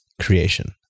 creation